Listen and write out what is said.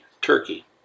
Turkey